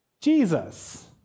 Jesus